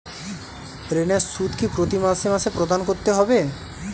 ঋণের সুদ কি প্রতি মাসে মাসে প্রদান করতে হবে?